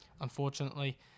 unfortunately